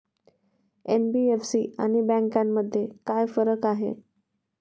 NBFC आणि बँकांमध्ये काय फरक आहे?